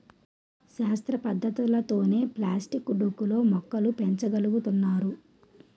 శాస్త్ర పద్ధతులతోనే ప్లాస్టిక్ డొక్కు లో మొక్కలు పెంచ గలుగుతున్నారు